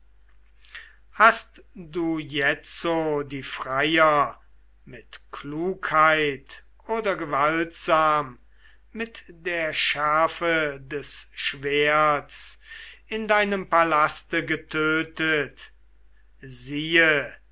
hast du jetzo die freier mit klugheit oder gewaltsam mit der schärfe des schwerts in deinem palaste getötet siehe